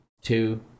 two